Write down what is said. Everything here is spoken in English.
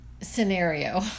scenario